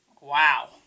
Wow